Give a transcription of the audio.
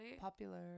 Popular